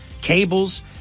cables